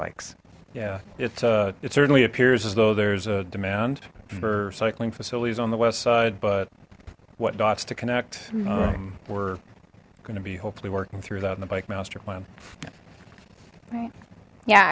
bikes yeah it's uh it certainly appears as though there's a demand for cycling facilities on the west side but what dots to connect were gonna be hopefully working through that in the bike master plan yeah